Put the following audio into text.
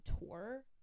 tour